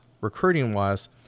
recruiting-wise